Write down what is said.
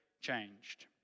changed